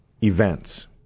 events